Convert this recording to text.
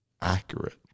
accurate